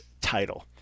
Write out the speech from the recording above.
title